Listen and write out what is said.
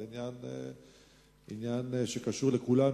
זה עניין שקשור לכולנו.